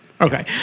Okay